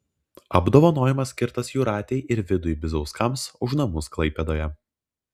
apdovanojimas skirtas jūratei ir vidui bizauskams už namus klaipėdoje